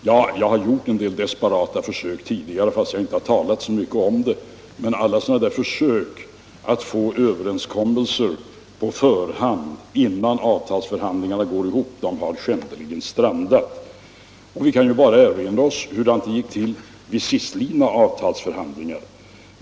Jag har gjort en del desperata försök i den riktningen tidigare, fast jag inte talat så mycket om det, men alla sådana där försök att få överenskommelser på förhand innan avtalsförhandlingarna går ihop har skändligen strandat. Vi kan bara erinra oss hur det var vid de senaste avtalsförhandlingarna.